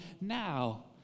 now